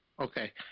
Okay